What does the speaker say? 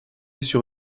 sur